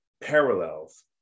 parallels